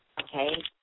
okay